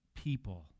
people